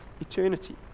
eternity